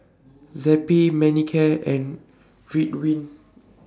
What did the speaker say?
Zappy Manicare and Ridwind